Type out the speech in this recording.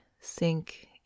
sink